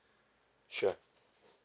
sure